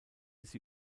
sie